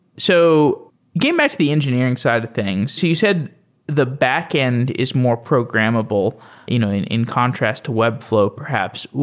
so getting back to the engineering side of the thing, so you said the backend is more programmable you know in in contrast to webflow perhaps.